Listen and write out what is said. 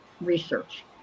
research